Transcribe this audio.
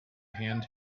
hand